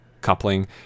coupling